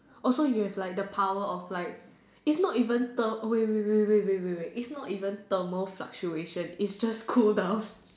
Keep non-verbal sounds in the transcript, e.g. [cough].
oh so you have the power of like it's not even thermal wait wait wait wait wait wait it's not even thermal fluctuation is just [breath] cool down